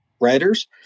writers